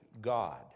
God